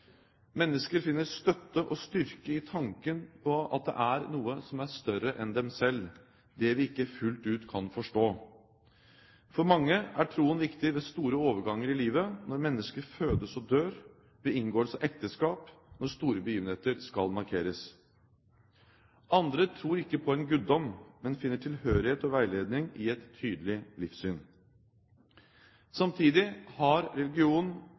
Mennesker finner støtte og styrke i tanken på at det er noe som er større enn dem selv; det vi ikke fullt ut kan forstå. For mange er troen viktig ved store overganger i livet: når mennesker fødes og dør, ved inngåelse av ekteskap, når store begivenheter skal markeres. Andre tror ikke på en guddom, men finner tilhørighet og veiledning i et tydelig livssyn. Samtidig har religion